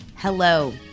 Hello